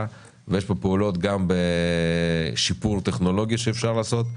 ויש פה פעולות גם בשיפור טכנולוגיה שאפשר לעשות.